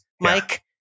Mike